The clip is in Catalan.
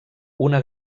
una